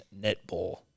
netball